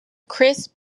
crisp